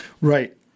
Right